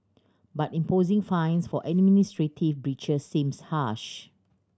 but imposing fines for administrative breaches seems harsh